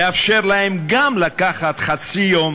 לאפשר להם גם לקחת חצי יום